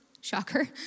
shocker